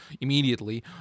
immediately